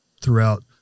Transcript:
throughout